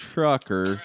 Trucker